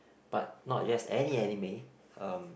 but not just any anime um